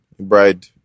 Bride